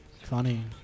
funny